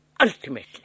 ultimately